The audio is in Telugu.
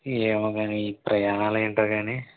ఏమోగాని ఈ ప్రయాణాలు ఎంటోగాని